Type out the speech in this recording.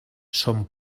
som